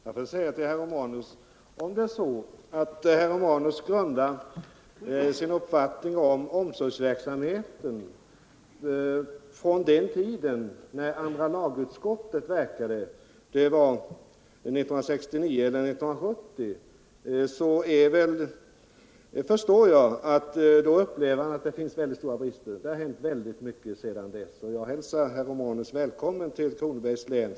Herr talman! Om det är så att herr Romanus grundar sin uppfattning om omsorgsverksamheten på förhållandena under den tid då andra lagutskottet verkade — kanske 1969 eller 1970 — förstår jag att han upplever situationen så, att det finns väldigt stora brister. Det har hänt mycket sedan dess, och jag hälsar herr Romanus välkommen till Kronobergs län.